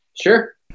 Sure